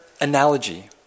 analogy